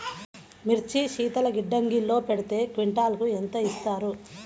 మిర్చి శీతల గిడ్డంగిలో పెడితే క్వింటాలుకు ఎంత ఇస్తారు?